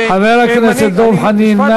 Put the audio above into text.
חבר הכנסת דב חנין,